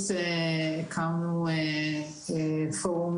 מין, פורום